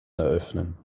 eröffnen